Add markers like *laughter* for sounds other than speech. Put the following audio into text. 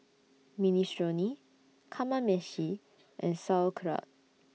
Minestrone Kamameshi *noise* and Sauerkraut